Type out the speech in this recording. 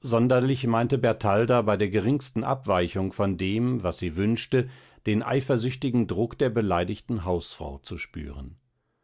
sonderlich meinte bertalda bei der geringsten abweichung von dem was sie wünschte den eifersüchtigen druck der beleidigten hausfrau zu spüren